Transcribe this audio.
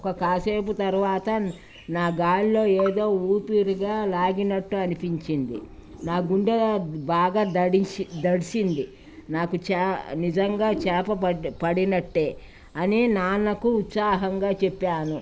ఒక కాసేపు తర్వాత నా గాల్లో ఏదో ఊపిరిగా లాగినట్టు అనిపించింది నా గుండె బాగా దడించి దడిసింది నాకు చా నిజంగా చేప ప పడినట్టే అని నాన్నకు ఉత్సాహంగా చెప్పాను